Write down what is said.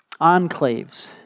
enclaves